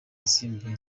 asimbuye